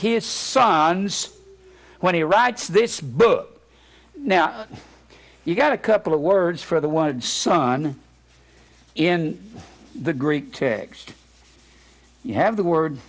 his son so when he writes this book now you got a couple of words for the one son in the greek text you have the word